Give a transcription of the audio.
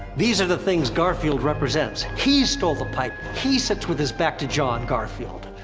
these are the things garfield represents he stole the pipe, he sits with his back to jon, garfield.